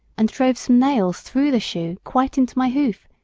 and drove some nails through the shoe quite into my hoof,